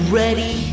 ready